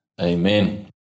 Amen